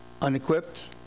Unequipped